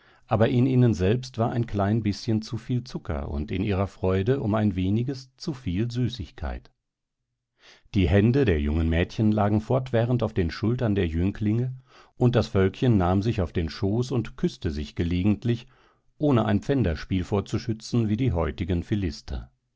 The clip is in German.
aber in ihnen selbst war ein klein bißchen zuviel zucker und in ihrer freude um ein weniges zuviel süßigkeit die hände der jungen mädchen lagen fortwährend auf den schultern der jünglinge und das völkchen nahm sich auf den schoß und küßte sich gelegentlich ohne ein pfänderspiel vorzuschützen wie die heutigen